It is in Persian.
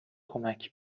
کمک